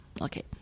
Okay